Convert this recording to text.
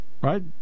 Right